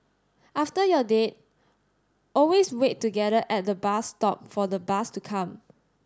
after your date always wait together at the bus stop for the bus to come